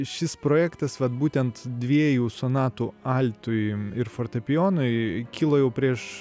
šis projektas vat būtent dviejų sonatų altui ir fortepijonui kilo jau prieš